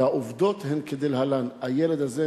והעובדות הן כדלהלן: הילד הזה,